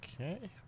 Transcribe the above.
Okay